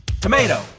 Tomato